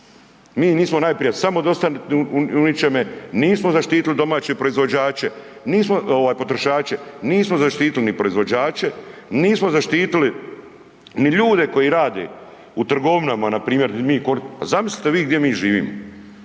nismo zaštitili domaće proizvođače, nismo, ovaj potrošače, nismo zaštitili ni proizvođače, nismo zaštitili ni ljude koji rade u trgovinama npr. mi koji, pa zamislite vi gdje mi živimo.